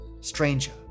stranger